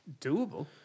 doable